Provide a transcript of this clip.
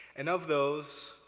and of those,